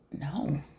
No